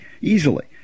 easily